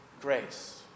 grace